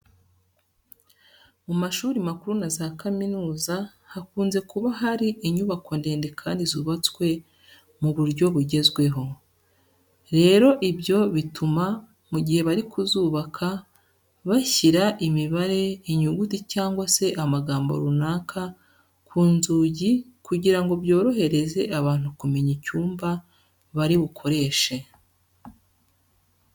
Mu mashuri makuru na za kaminuza hakunze kuba hari inyubako ndende kandi zubatswe mu buryo bugezweho. Rerobibyo bituma mu gihe bari kuzubaka bashyira imibare, inyuguti cyangwa se amagambo runaka ku nzugi kugira ngo byorohereze abantu kumenya icyumba bari bukoreshe.